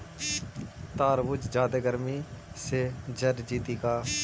तारबुज जादे गर्मी से जर जितै का?